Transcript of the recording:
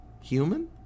human